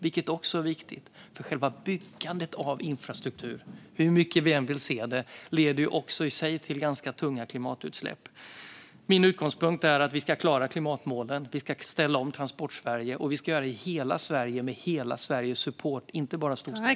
Det är också viktigt eftersom själva byggandet av infrastruktur, hur mycket vi än vill se det, i sig leder till ganska tunga klimatutsläpp. Min utgångspunkt är att vi ska klara klimatmålen. Vi ska ställa om Transportsverige, och vi ska göra det i hela Sverige med hela Sveriges support - inte bara storstädernas.